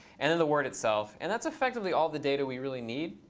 and then the word itself. and that's effectively all the data we really need.